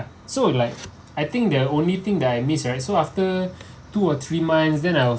so it like I think the only thing that I miss right so after two or three months then I'll